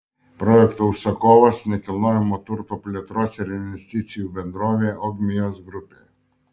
projekto užsakovas nekilnojamojo turto plėtros ir investicijų bendrovė ogmios grupė